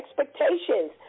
expectations